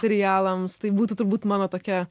serialams tai būtų turbūt mano tokia